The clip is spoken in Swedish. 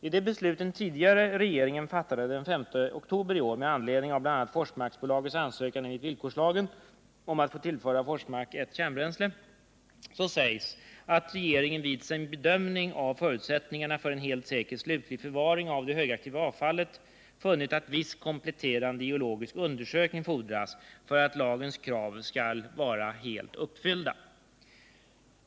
I det beslut den tid:gare regeringen fattade den 5 oktober i år med anledning av bl.a. Forsmarksbolagets ansökan enligt villkorslagen om att få tillföra Forsmark 1 kärnbränsle sägs att regeringen vid sin bedömning av förutsättningarna för en helt säker slutlig förvaring av det högaktiva avfallet funnit att viss kompletterande geologisk undersökning fordras för att lagens krav skall vara helt uppfyllda.